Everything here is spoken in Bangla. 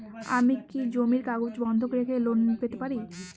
আমি কি জমির কাগজ বন্ধক রেখে লোন পেতে পারি?